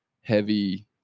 heavy